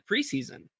preseason